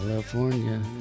California